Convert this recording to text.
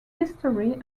history